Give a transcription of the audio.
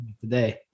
today